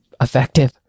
effective